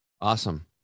awesome